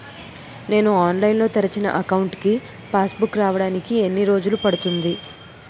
నేను ఆన్లైన్ లో తెరిచిన అకౌంట్ కి పాస్ బుక్ రావడానికి ఎన్ని రోజులు పడుతుంది?